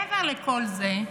מעבר לכל זה,